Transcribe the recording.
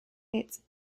its